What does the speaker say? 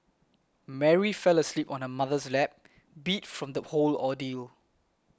Mary fell asleep on her mother's lap beat from the whole ordeal